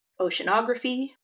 oceanography